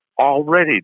already